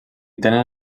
tenen